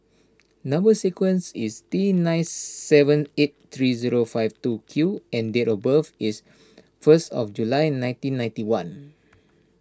Number Sequence is T nine seven eight three zero five two Q and date of birth is fist of July nineteen ninety one